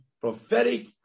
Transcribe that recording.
Prophetic